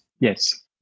Yes